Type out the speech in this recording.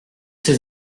ces